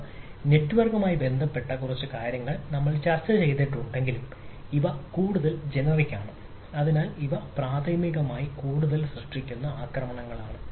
ഇവ നെറ്റ്വർക്കുമായി ബന്ധപ്പെട്ട കുറച്ച് കാര്യങ്ങൾ നമ്മൾ ചർച്ചചെയ്തിട്ടുണ്ടെങ്കിലും ഇവ കൂടുതൽ ജനറിക് ആണ് എന്നാൽ ഇവ പ്രാഥമികമായി കൂടുതൽ സൃഷ്ടിക്കുന്ന ആക്രമണങ്ങളാണ്